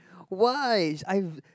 why I